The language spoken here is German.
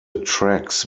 tracks